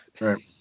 right